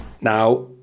now